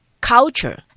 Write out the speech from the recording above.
culture